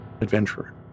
adventurer